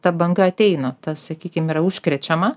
ta banga ateina ta sakykim yra užkrečiama